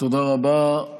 תודה רבה.